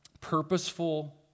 purposeful